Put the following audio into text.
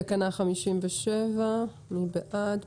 תקנה 57, מי בעד?